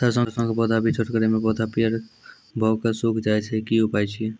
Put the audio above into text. सरसों के पौधा भी छोटगरे मे पौधा पीयर भो कऽ सूख जाय छै, की उपाय छियै?